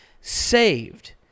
saved